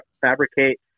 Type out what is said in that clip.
fabricate